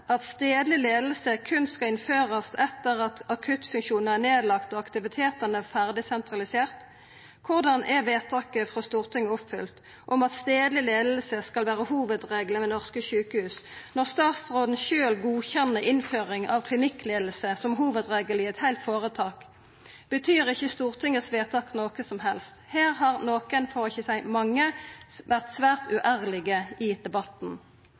at stadleg leiing berre skal innførast etter at akuttfunksjonar er lagde ned og aktivitetane er ferdig sentraliserte? Korleis er vedtaket frå Stortinget oppfylt – om at stadleg leiing skal vera hovudregelen ved norske sjukehus – når statsråden sjølv godkjenner innføring av klinikkleiing som hovudregelen i eit heilt føretak? Betyr ikkje vedtaket i Stortinget noko som helst? Her har nokon, for ikkje å seia mange, vore svært uærlege i debatten.